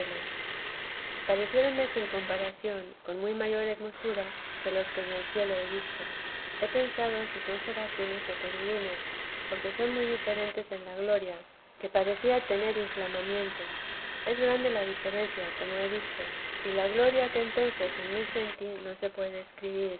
pareciéronme sin comparación con muy mayor hermosura que los que en el cielo he visto he pensado si son serafines o querubines porque son muy diferentes en la gloria que parecían tener inflamamiento es grande la diferencia como he dicho y la gloria que entonces en mí sentí no se puede escribir